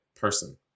person